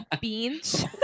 beans